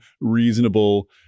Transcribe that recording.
reasonable